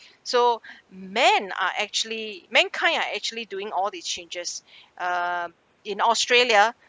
so men are actually mankind are actually doing all the changes um in australia